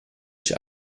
ich